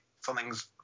something's